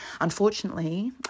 Unfortunately